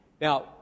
Now